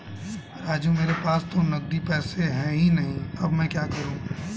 राजू मेरे पास तो नगदी पैसे है ही नहीं अब मैं क्या करूं